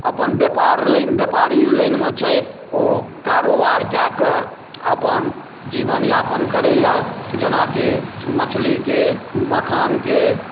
अपन व्यापर लाइन व्यापारी लाइनमे छथि ओ कारोबार कए कऽ अपन जीवनयापन करयए जेनाकि मछलीके मखानके